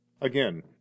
Again